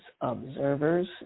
Observers